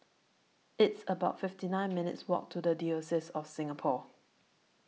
It's about fifty nine minutes' Walk to The Diocese of Singapore